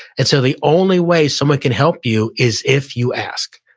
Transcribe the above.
and so the only way someone can help you is if you ask.